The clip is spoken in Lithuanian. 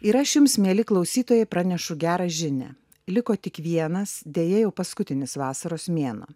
ir aš jums mieli klausytojai pranešu gerą žinią liko tik vienas deja jau paskutinis vasaros mėnuo